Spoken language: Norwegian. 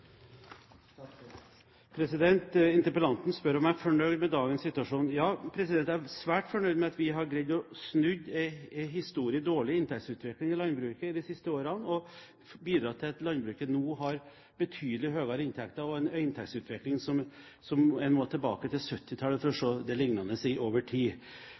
fornøyd med dagens situasjon. Ja, jeg er svært fornøyd med at vi har greid å snu en historisk dårlig inntektsutvikling i landbruket de siste årene, at vi har bidratt til at landbruket nå har betydelig høyere inntekter, og at vi har en inntektsutvikling der en må tilbake til 1970-tallet for å se noe lignende over tid.